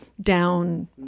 down